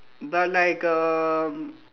but like um